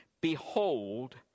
Behold